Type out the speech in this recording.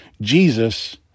Jesus